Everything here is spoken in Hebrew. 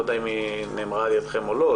אני לא יודע אם היא נאמרה על ידכם או לא,